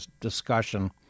discussion